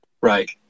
Right